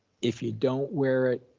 if you don't wear it,